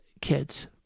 kids